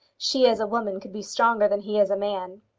she, as a woman, could be stronger than he as a man.